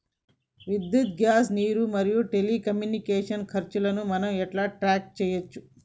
విద్యుత్ గ్యాస్ నీరు మరియు టెలికమ్యూనికేషన్ల ఖర్చులను మనం ఎలా ట్రాక్ చేయచ్చు?